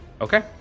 Okay